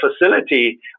facility